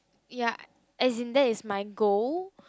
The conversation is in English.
ya as in that is my goal